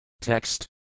Text